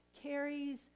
carries